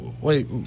Wait